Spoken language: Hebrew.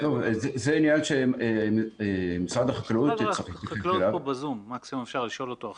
משרד החקלאות יוכל להתייחס.